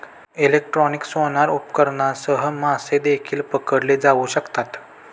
electronic sonar उपकरणांसह मासे देखील पकडले जाऊ शकतात